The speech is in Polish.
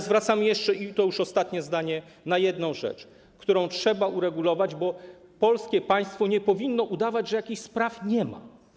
Zwracam jeszcze uwagę - i to już jest ostatnie zdanie - na jedną rzecz, którą trzeba uregulować, bo polskie państwo nie powinno udawać, że pewnych spraw nie ma.